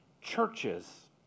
churches